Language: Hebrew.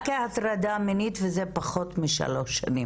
כהטרדה מינית וזה פחות משלוש שנים,